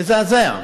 מזעזע,